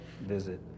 visit